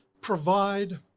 provide